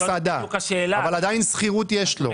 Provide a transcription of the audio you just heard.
למסעדה, אבל עדיין שכירות יש לו.